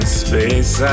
space